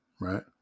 right